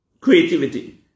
Creativity